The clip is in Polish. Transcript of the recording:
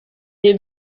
jej